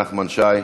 נחמן שי?